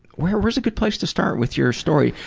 where where is a good place to start with your story?